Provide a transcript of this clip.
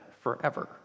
forever